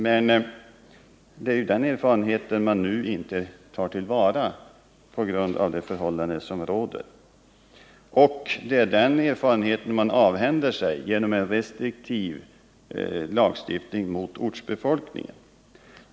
Men det är ju den erfarenheten man nu inte tar till vara. Det är den erfarenheten man avhänder sig genorh en restriktiv lagstiftning mot ortsbefolkningen.